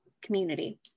community